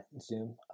Zoom